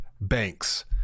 banks